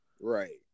Right